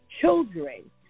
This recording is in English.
children